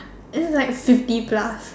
he's like fifty plus